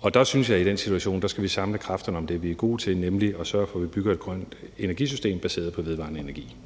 Og i den situation synes jeg, vi skal samle kræfterne om det, vi er gode til, nemlig at sørge for, at vi bygger et grønt energisystem baseret på vedvarende energi.